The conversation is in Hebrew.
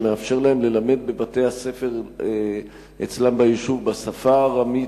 שמאפשר להם ללמד בבתי-הספר אצלם ביישוב בשפה הארמית,